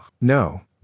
No